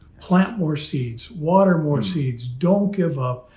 plant more seeds, water more seeds, don't give up.